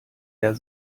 der